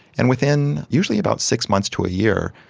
and within usually about six months to a year,